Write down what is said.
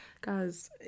guys